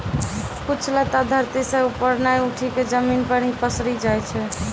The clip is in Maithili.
कुछ लता धरती सं ऊपर नाय उठी क जमीन पर हीं पसरी जाय छै